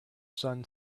son